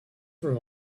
for